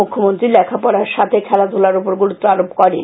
মুখ্যমন্ত্রী লেখাপড়ার সাথে খেলাধুলার উপর গুরুত্ব আরোপ করেন